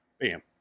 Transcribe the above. bam